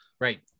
Right